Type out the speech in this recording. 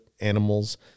animals